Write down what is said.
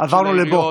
עברנו לבוא.